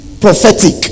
prophetic